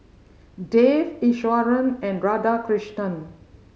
Dev Iswaran and Radhakrishnan